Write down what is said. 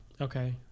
Okay